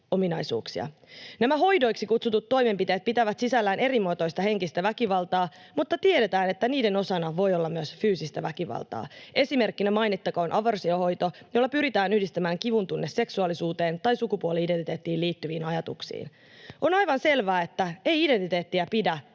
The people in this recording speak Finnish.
Nämä hoidoiksi kutsutut toimenpiteet pitävät sisällään erimuotoista henkistä väkivaltaa, mutta tiedetään, että niiden osana voi olla myös fyysistä väkivaltaa. Esimerkkinä mainittakoon aversiohoito, jolla pyritään yhdistämään kivun tunne seksuaalisuuteen tai sukupuoli-identiteettiin liittyviin ajatuksiin. On aivan selvää, että ei identiteettiä pidä